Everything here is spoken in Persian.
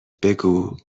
بگو